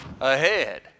ahead